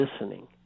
listening